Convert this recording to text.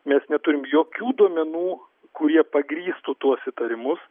mes neturim jokių duomenų kurie pagrįstų tuos įtarimus